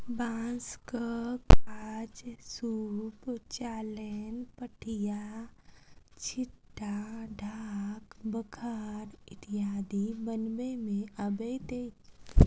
बाँसक काज सूप, चालैन, पथिया, छिट्टा, ढाक, बखार इत्यादि बनबय मे अबैत अछि